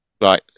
Right